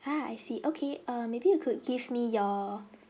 ha I see okay err maybe you could give me your